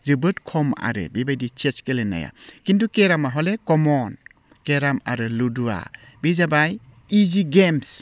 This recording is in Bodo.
जोबोद खम आरो बेबायदि चेस गेलेनाया खिन्थु केरामा हले कमन केराम आरो लुदुवा बे जाबाय इजि गेम्स